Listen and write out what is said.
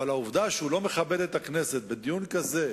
אבל העובדה שהוא לא מכבד את הכנסת בדיון כזה,